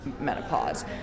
menopause